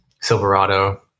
Silverado